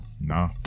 Nah